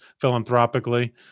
philanthropically